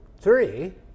three